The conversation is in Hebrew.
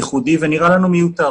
ייחודית ונראית לנו מיותרת.